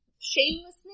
shamelessness